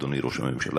אדוני ראש הממשלה,